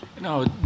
No